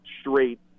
straight